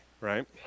right